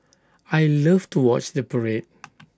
I love to watch the parade